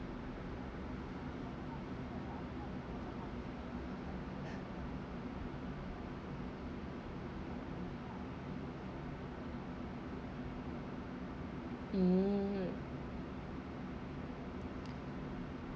mm